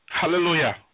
Hallelujah